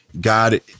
god